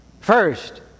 First